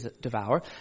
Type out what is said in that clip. devour